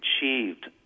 achieved